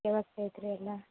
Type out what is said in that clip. ವ್ಯವಸ್ಥೆ ಐತ್ರಿ ಎಲ್ಲ